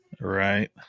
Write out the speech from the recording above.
right